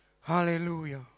Hallelujah